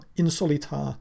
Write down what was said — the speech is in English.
insolita